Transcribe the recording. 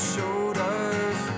Shoulders